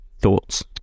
Thoughts